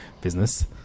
business